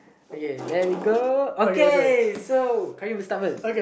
okay there we go okay so Qayyum will start first